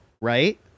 right